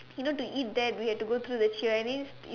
you know to eat there we have to go through the cheer and it is